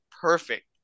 perfect